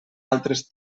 altres